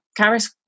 Karis